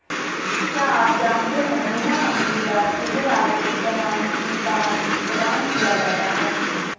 क्या आप जानते है बीमा कंपनी द्वारा ठेकेदार से ज़मानती बॉण्ड प्रदान किया जाता है?